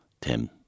Tim